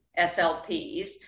SLPs